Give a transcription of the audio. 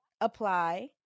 apply